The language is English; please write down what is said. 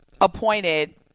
appointed